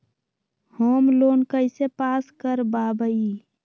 Home loan कैसे pass कर बाबई?